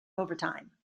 overtime